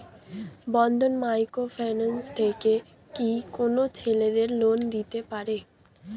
বন্ধন micro finance থেকে কি কোন ছেলেদের লোন দিতে পারে?